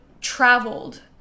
traveled